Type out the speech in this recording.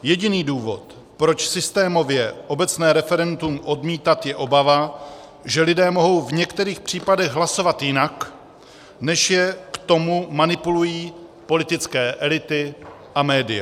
Jediný důvod, proč systémově obecné referendum odmítat, je obava, že lidé mohou v některých případech hlasovat jinak, než je k tomu manipulují politické elity a média.